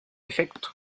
efecto